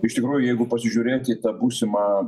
iš tikrųjų jeigu pasižiūrėti į tą būsimą